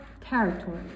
territory